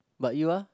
but you are